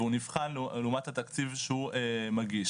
והוא נבחן לעומת התקציב שהוא מגיש.